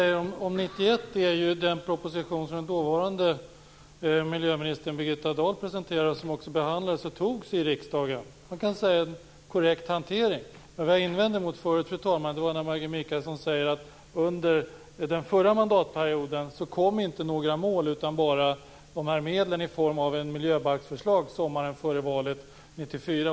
Fru talman! Det Maggi Mikaelsson säger om 1991 Birgitta Dahl presenterade och som också behandlades och antogs i riksdagen. Man kan säga att det var en korrekt hantering. Det jag invände mot, fru talman, var när Maggi Mikaelsson sade att det under den förra mandatperioden inte presenterades några mål utan bara medel i form av ett miljöbalksförslag sommaren före valet 1994.